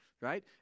right